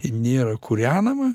nėra kūrenama